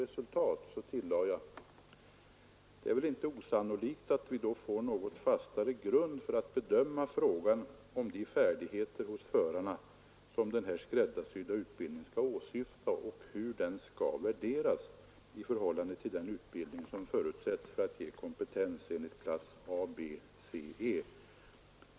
Jag tillade: Det är väl inte osannolikt att vi då får en något fastare grund för att bedöma frågan om de färdigheter hos förarna som den här skräddarsydda utbildningen skall åsyfta och hur den skall värderas i förhållande till den utbildning som förutsetts för kompetens enligt klass ABCE.